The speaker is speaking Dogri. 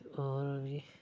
ते होर बी